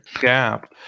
gap